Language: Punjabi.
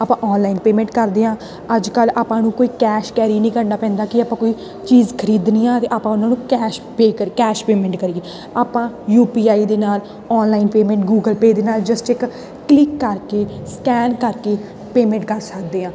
ਆਪਾਂ ਔਨਲਾਈਨ ਪੇਮੈਂਟ ਕਰਦੇ ਹਾਂ ਅੱਜ ਕੱਲ੍ਹ ਆਪਾਂ ਨੂੰ ਕੋਈ ਕੈਸ਼ ਕੈਰੀ ਨਹੀਂ ਕਰਨਾ ਪੈਂਦਾ ਕਿ ਆਪਾਂ ਕੋਈ ਚੀਜ਼ ਖਰੀਦਣੀ ਆ ਅਤੇ ਆਪਾਂ ਉਹਨੂੰ ਕੈਸ਼ ਪੇ ਕਰ ਕੈਸ਼ ਪੇਮੈਂਟ ਕਰੀਏ ਆਪਾਂ ਯੂ ਪੀ ਆਈ ਦੇ ਨਾਲ ਔਨਲਾਈਨ ਪੇਮੈਂਟ ਗੂਗਲ ਪੇ ਦੇ ਨਾਲ ਨਾਲ ਜਸਟ ਇੱਕ ਕਲਿੱਕ ਕਰਕੇ ਸਕੈਨ ਕਰਕੇ ਪੇਮੈਂਟ ਕਰ ਸਕਦੇ ਹਾਂ